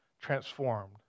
transformed